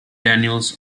daniels